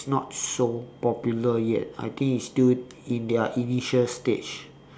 it's not so popular yet I think it's still in their initial stage